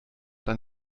dann